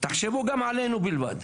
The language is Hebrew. תחשבו גם עלינו בלבד.